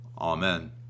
Amen